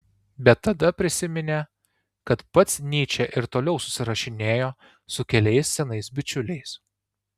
bet tada prisiminė kad pats nyčė ir toliau susirašinėjo su keliais senais bičiuliais